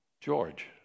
George